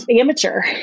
amateur